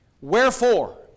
wherefore